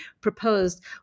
proposed